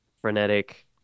frenetic